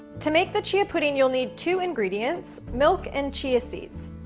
to make the chia pudding, you'll need two ingredients. milk and chia seeds.